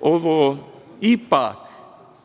ovo ipak